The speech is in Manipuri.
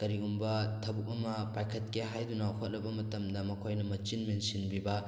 ꯀꯔꯤꯒꯨꯝꯕ ꯊꯕꯛ ꯑꯃ ꯄꯥꯏꯈꯠꯀꯦ ꯍꯥꯏꯗꯨꯅ ꯍꯣꯠꯅꯕ ꯃꯇꯝꯗ ꯃꯈꯣꯏꯅ ꯃꯆꯤꯟ ꯃꯦꯟꯁꯤꯟꯕꯤꯕ